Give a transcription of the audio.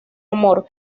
amor